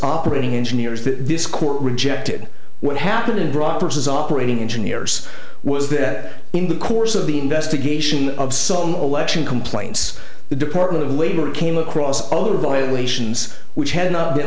operating engineers that this court rejected what happened in broad vs operating engineers was that in the course of the investigation of some election complaints the department of labor came across other violations which had not been